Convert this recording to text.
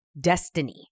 destiny